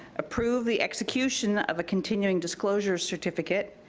approve the execution of a continuing disclosure certificate,